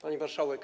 Pani Marszałek!